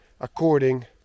according